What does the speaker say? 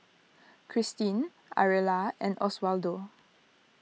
Kristine Ariella and Oswaldo